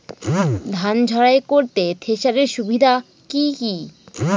ধান ঝারাই করতে থেসারের সুবিধা কি কি?